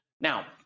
Now